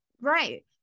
Right